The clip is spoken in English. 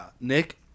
Nick